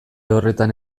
horretan